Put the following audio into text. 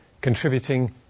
contributing